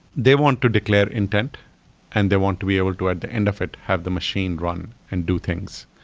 they want to declare intent and they want to be able to, at the end of it, it, have the machine run and do things.